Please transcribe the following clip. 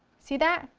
see that?